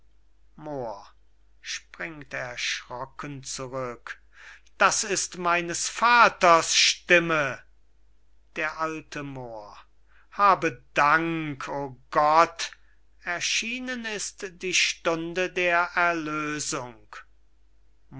das ist meines vaters stimme d a moor habe dank o gott erschienen ist die stunde der erlösung